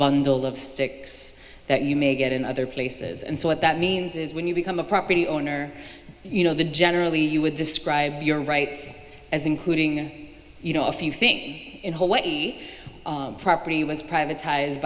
bundle of sticks that you may get in other places and so what that means is when you become a property owner you know the generally you would describe your rights as include you know if you think in hawaii property was privatized